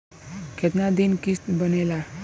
कितना दिन किस्त बनेला?